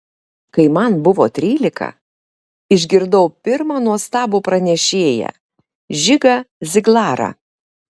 kai man buvo trylika išgirdau pirmą nuostabų pranešėją žigą ziglarą